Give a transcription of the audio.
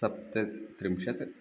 सप्तत्रिंशत्